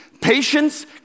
patience